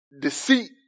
deceit